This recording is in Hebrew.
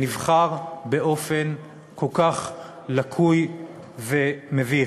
נבחר באופן כל כך לקוי ומביך.